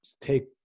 take